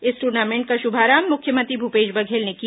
इस ट्रनमिंट का शुभारंभ मुख्यमंत्री भूपेश बघेल ने किया